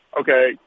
okay